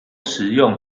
食用